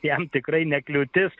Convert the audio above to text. jam tikrai ne kliūtis